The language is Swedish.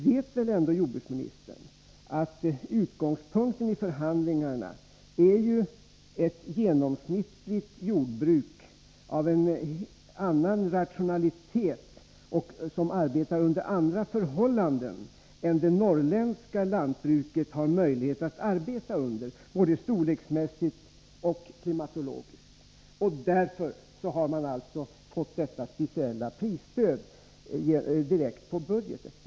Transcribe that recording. Men jordbruksministern vet väl ändå att utgångspunkten vid förhandlingarna är ett genomsnittligt jordbruk, som arbetar under andra förhållanden än dem som är möjliga när det gäller det norrländska lantbruket, både storleksmässigt och klimatologiskt. Därför har det norrländska jordbruket fått det här speciella prisstödet direkt i budgeten.